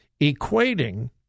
equating